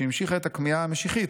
שהמשיכה את הכמיהה המשיחית.